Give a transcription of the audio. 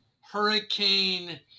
hurricane